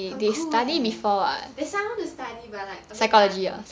很 cool eh that's why I want to study but like a bit funny